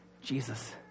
Jesus